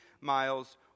miles